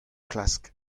klask